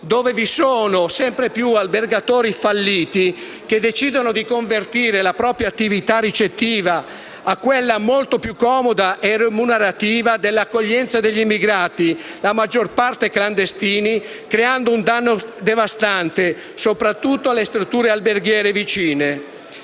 dove vi sono sempre più albergatori falliti che decidono di convertire la propria attività ricettiva a quella molto più comoda e remunerativa dell'accoglienza degli immigrati, la maggior parte clandestini, creando un danno devastante soprattutto alle strutture alberghiere vicine.